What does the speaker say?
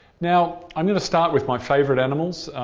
now, i'm going to start with my favourite animals.